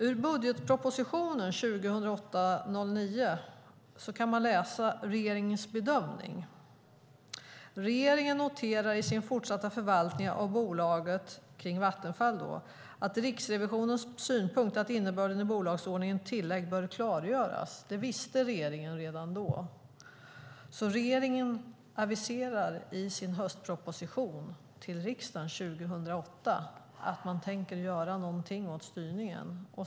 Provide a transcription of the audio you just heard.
I budgetpropositionen 2008/09 kan man läsa regeringens bedömning: Regeringen noterar i sin fortsatta förvaltning av bolaget - Vattenfall - att Riksrevisionens synpunkt att innebörden i bolagsordningens tillägg bör klargöras. Det visste regeringen redan då. Regeringen aviserade i sin höstproposition till riksdagen 2008 att man tänkte göra någonting åt styrningen.